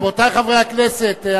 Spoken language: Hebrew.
רבותי חברי הכנסת,